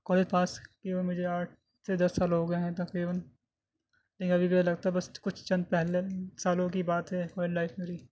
college پاس کیے ہوئے مجھے آٹھ سے دس سال ہو گئے ہیں تقریباً لیکن ابھی مجھے لگتا ہے بس کچھ چند پہلے سالوں کی بات ہے کالج لائف میری